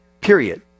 Period